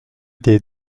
des